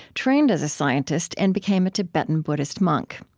trained as a scientist, and became a tibetan buddhist monk.